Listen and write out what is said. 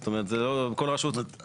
זאת אומרת, כל רשות קובעת לעצמה.